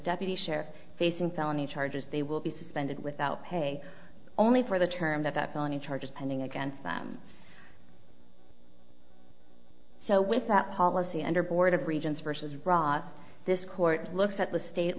deputy sheriff facing felony charges they will be suspended without pay only for the term that felony charges pending against them so with that policy under board of regents versus ross this court looks at the state